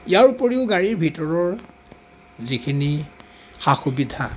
ইয়াৰ ওপৰিও গাড়ীৰ ভিতৰৰ যিখিনি সা সুবিধা